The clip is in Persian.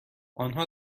آنها